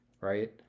right